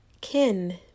Kin